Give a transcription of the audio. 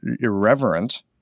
irreverent